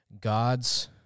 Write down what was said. God's